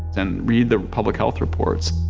and read the public health reports.